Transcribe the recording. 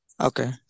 Okay